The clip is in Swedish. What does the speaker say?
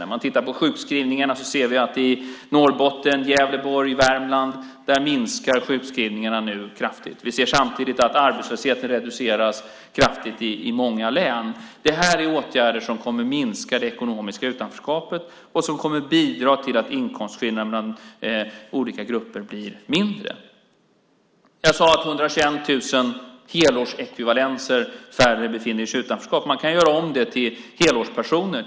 När vi tittar på sjukskrivningarna ser vi att de nu minskar kraftigt i Norrbotten, Gävleborg och Värmland. Vi ser samtidigt att arbetslösheten reduceras kraftigt i många län. Det här är åtgärder som kommer att minska det ekonomiska utanförskapet och som kommer att bidra till att inkomstskillnaderna mellan olika grupper blir mindre. Jag sade att 121 000 helårsekvivalenser färre befinner sig i utanförskap. Man kan göra om det till helårspersoner.